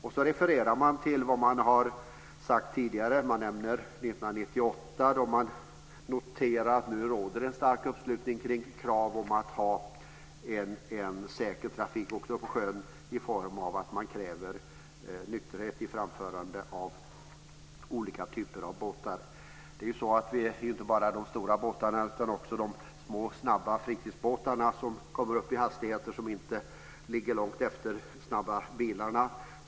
Man refererar också till det som man tidigare har uttalat. År 1998 noterades att det råder en stark uppslutning kring krav på en säker trafik också på sjön genom nykterhet vid framförande av olika typer av båtar. Det är inte bara stora båtar utan också små fritidsbåtar som kommer upp i hastigheter som inte ligger långt efter de snabba bilarna.